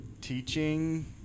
teaching